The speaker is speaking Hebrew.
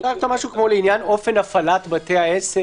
אפשר לכתוב משהו כמו: לעניין אופן הפעלת בתי העסק,